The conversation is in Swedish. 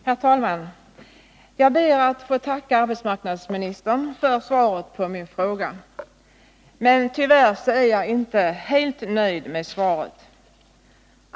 Herr talman! Jag ber att få tacka arbetsmarknadsministern för svaret på min fråga. Men tyvärr är jag inte helt nöjd med svaret.